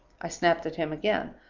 i snapped at him again.